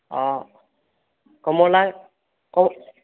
অ কমলা ক